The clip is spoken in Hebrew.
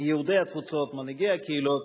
יהודי התפוצות, מנהיגי הקהילות,